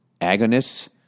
agonists